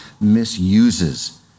misuses